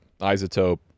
isotope